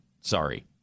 Sorry